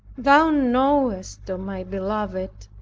thou knowest, o my beloved,